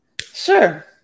Sure